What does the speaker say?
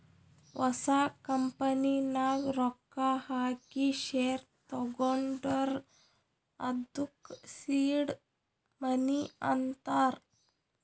ಹೊಸ ಕಂಪನಿ ನಾಗ್ ರೊಕ್ಕಾ ಹಾಕಿ ಶೇರ್ ತಗೊಂಡುರ್ ಅದ್ದುಕ ಸೀಡ್ ಮನಿ ಅಂತಾರ್